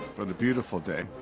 but a beautiful day.